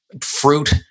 fruit